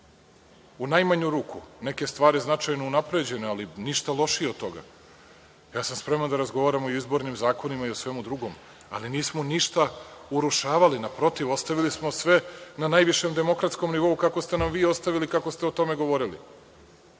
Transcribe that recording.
U najmanju ruku neke stvari su značajno unapređene, ali ništa lošije od toga. Ja sam spreman da razgovaramo i o izbornim zakonima i o svemu drugom, ali nismo ništa urušavali. Naprotiv, ostavili smo sve na najvišem demokratskom nivou, kako ste nam vi ostavili, kako ste o tome govorili,